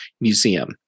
Museum